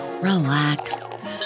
relax